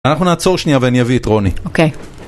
אנחנו נעצור שנייה ואני אביא את רוני. אוקיי.